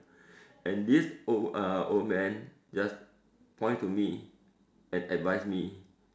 and this old uh old man just point to me and advise me